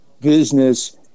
business